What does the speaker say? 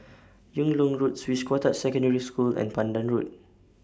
Yung Loh Road Swiss Cottage Secondary School and Pandan Road